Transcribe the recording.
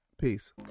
peace